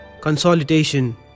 consolidation